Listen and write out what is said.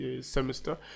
semester